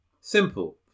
simple